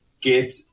get